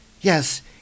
Yes